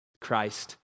Christ